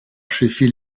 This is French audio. sheffield